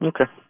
Okay